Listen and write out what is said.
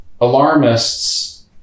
alarmists